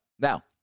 now